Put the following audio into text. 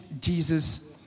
Jesus